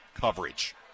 coverage